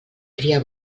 cria